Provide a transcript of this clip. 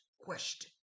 question